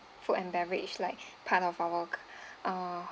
food and beverage like part of our uh